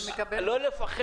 לא לפחד.